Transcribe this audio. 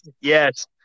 Yes